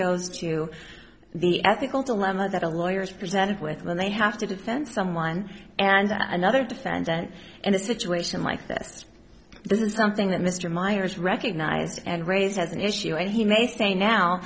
goes to the ethical dilemma that a lawyer is presented with when they have to defend someone and another defendant in a situation like this this is something that mr meyers recognized and raised as an issue and he may say now